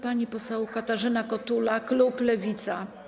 Pani poseł Katarzyna Kotula, klub Lewica.